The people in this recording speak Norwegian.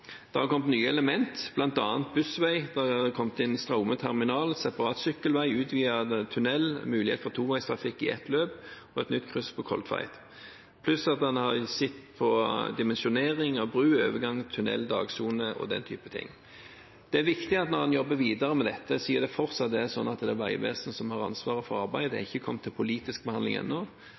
Det har kommet nye elementer, bl.a. bussfelt, Straume terminal, separat sykkelvei, utvidet tunell, mulighet for toveistrafikk i ett løp og et nytt kryss på Kolltveit. Man har i tillegg sett på dimensjonering av bro, overgang, tunell, dagsone og den typen ting. Når en jobber videre med dette, er det viktig at det fortsatt er Vegvesenet som har ansvaret for arbeidet. Det har ikke kommet til politisk behandling ennå.